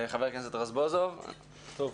חבר הכנסת רזבוזוב, בבקשה.